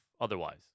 otherwise